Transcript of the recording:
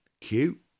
cute